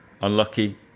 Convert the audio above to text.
unlucky